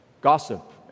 gossip